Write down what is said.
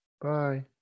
Bye